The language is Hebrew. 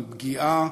פגיעה,